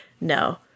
no